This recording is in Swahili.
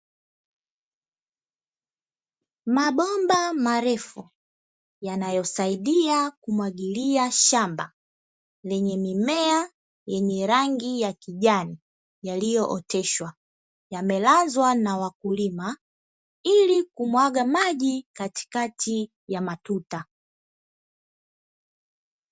Mabomba marefu yanayosaidia kumwagilia shamba, lenye mimea yenye rangi ya kijani yaliyooteshwa, yamelazwa na wakulima ili kumwaga maji katikati ya matuta.